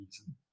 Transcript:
reason